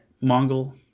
Mongol